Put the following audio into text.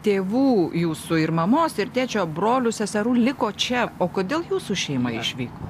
tėvų jūsų ir mamos ir tėčio brolių seserų liko čia o kodėl jūsų šeima išvyko